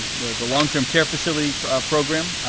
the long term care facility program,